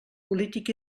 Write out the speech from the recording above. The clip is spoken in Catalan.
polític